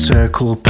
Circle